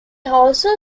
also